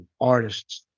artists